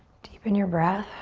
deepen your breath.